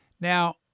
Now